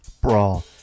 BRAWL